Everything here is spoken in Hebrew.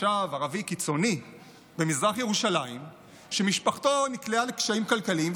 תושב ערבי קיצוני במזרח ירושלים שמשפחתו נקלעה לקשיים כלכליים,